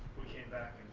we came back